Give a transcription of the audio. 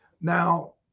Now